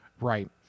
Right